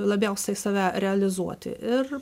labiausiai save realizuoti ir